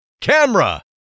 Camera